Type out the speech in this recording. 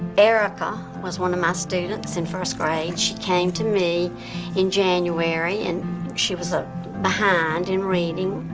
erica was one of my students in first grade. she came to me in january, and she was ah behind in reading.